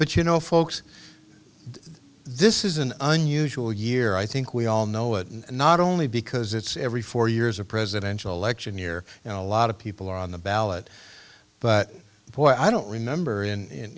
but you know folks this is an unusual year i think we all know it and not only because it's every four years a presidential election year now a lot of people are on the ballot but boy i don't remember in